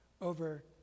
over